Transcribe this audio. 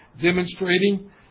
demonstrating